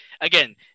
Again